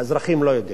האזרחים לא יודעים.